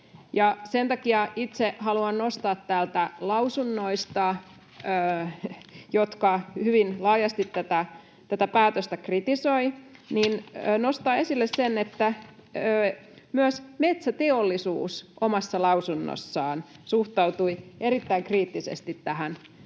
Sen takia itse haluan nostaa esille täältä lausunnoista, jotka hyvin laajasti tätä päätöstä kritisoivat, sen, että myös Metsäteollisuus omassa lausunnossaan suhtautui erittäin kriittisesti tähän metsitystuen